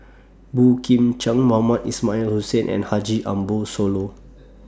Boey Kim Cheng Mohamed Ismail Hussain and Haji Ambo Sooloh